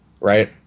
right